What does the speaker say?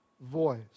voice